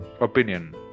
opinion